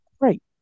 Right